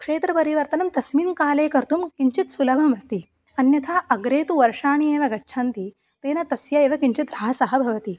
क्षेत्रपरिवर्तनं तस्मिन् काले कर्तुं किञ्चित् सुलभमस्ति अन्यथा अग्रे तु वर्षाणि एव गच्छन्ति तेन तस्यैव किञ्चित् ह्रासः भवति